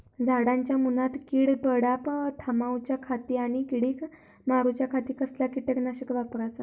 झाडांच्या मूनात कीड पडाप थामाउच्या खाती आणि किडीक मारूच्याखाती कसला किटकनाशक वापराचा?